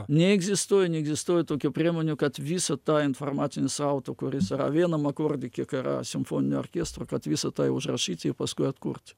neegzistuoja neegzistuoja tokių priemonių kad visą tą informacinį srautą kuris yra vienam akorde kiek yra simfoninio orkestro kad visa tai užrašyt i paskui atkurt